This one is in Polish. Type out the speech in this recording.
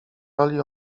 roli